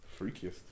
Freakiest